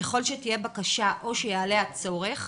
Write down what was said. ככל שתהיה בקשה או שיעלה הצורך,